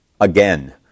Again